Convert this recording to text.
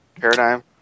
Paradigm